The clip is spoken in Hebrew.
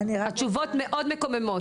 התשובות מאוד מקוממות.